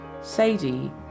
sadie